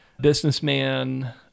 businessman